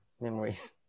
Memories